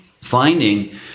finding